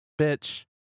bitch